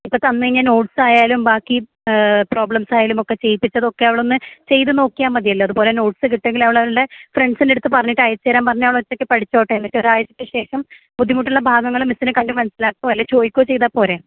ഇപ്പൊതന്നുകഴിഞ്ഞാൽ notes ആയാലും ബാക്കി പ്രോബ്ലെംസായാലുമൊക്കെ ചെയ്യിപ്പിച്ചതൊക്കെ അവളൊന്നു ചെയ്തുനോക്കിയാൽ മതിയല്ലോ അതുപോലെ നോട്സ് കിട്ടാണെങ്കിൽ അവൾ അവളുടെ ഫ്രണ്ട്സിൻ്റെടുത്ത് പറഞ്ഞിട്ട് അയച്ചുതരാൻ പറഞ്ഞാൽ അവളൊറ്റക്ക് പഠിച്ചോട്ടെ എന്നിട്ട് ഒരാഴ്ച്ച ശേഷം ബുദ്ധിമുട്ടുള്ള ഭാഗങ്ങൾ മിസ്സിനെക്കണ്ട് മനസിലാക്കുവോ അല്ലേൽ ചോദിക്കുവോ ചെയ്താൽ പോരേ